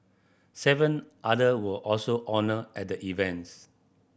seven other were also honoured at the events